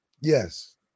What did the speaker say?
Yes